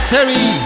Terry